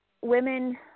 women